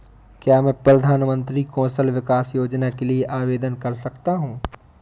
क्या मैं प्रधानमंत्री कौशल विकास योजना के लिए आवेदन कर सकता हूँ?